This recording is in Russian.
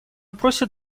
просит